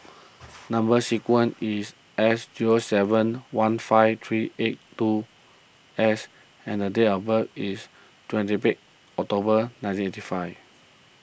Number Sequence is S zero seven one five three eight two S and date of birth is twenty eighth October nineteen eighty five